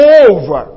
over